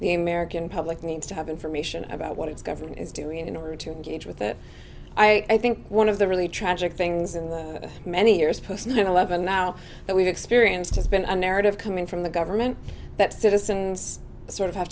the american public needs to have information about what its government is doing in order to engage with it i think one of the really tragic things in the many years post nine eleven now that we've experienced has been a narrative coming from the government that citizens sort of have